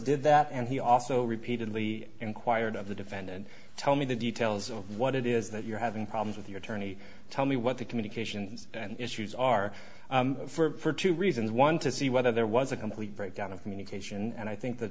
did that and he also repeatedly inquired of the defendant tell me the details of what it is that you're having problems with your attorney tell me what the communications issues are for two reasons one to see whether there was a complete breakdown of communication and i think the